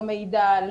לא מידע,